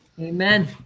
Amen